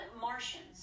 Martians